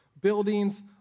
buildings